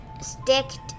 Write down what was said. sticked